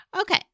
Okay